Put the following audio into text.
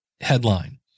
headline